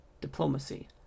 diplomacy